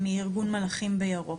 מארגון מלאכים בירוק.